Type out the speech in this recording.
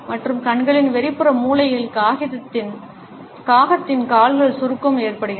மற்றும் கண்களின் வெளிப்புற மூலைகளில் காகத்தின் கால்கள் சுருக்கம் ஏற்படுகின்றன